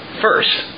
first